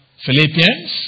Philippians